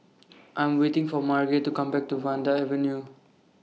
I Am waiting For Marge to Come Back to Vanda Avenue